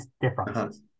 differences